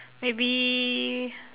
maybe